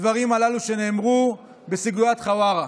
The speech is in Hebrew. הדברים הללו שנאמרו בסוגיית חווארה.